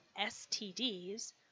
STDs